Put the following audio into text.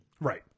Right